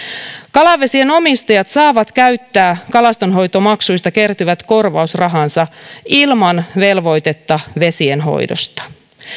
kalavesien omistajat saavat käyttää kalastonhoitomaksuista kertyvät korvausrahansa ilman velvoitetta vesien hoidosta